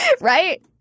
Right